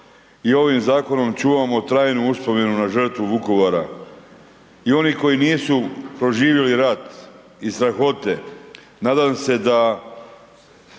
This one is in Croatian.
i ovim zakonom čuvamo trajnu uspomenu na žrtvu Vukovara. I oni koji nisu proživjeli rat i strahote nadam se da